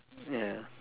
ya